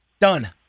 Done